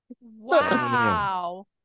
Wow